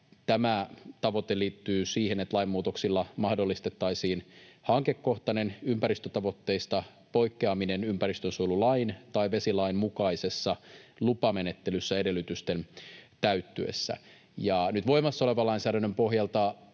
Tämä tavoite liittyy siihen, että lainmuutoksilla mahdollistettaisiin hankekohtainen ympäristötavoitteista poikkeaminen ympäristönsuojelulain tai vesilain mukaisessa lupamenettelyssä edellytysten täyttyessä. Nyt voimassa olevan lainsäädännön pohjalta